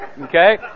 Okay